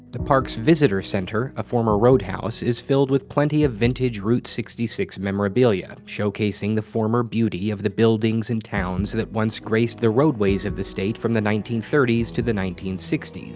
the park's visitor center, a former roadhouse, is filled with plenty of vintage route sixty six memorabilia showcasing the former beauty of the buildings and towns that once graced the roadways of the state from the nineteen thirty s to the nineteen sixty s.